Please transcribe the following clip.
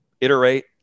iterate